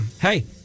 Hey